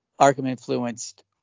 Arkham-influenced